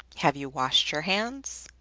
have you washed your hands?